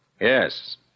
Yes